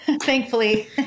thankfully